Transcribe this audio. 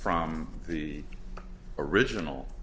from the original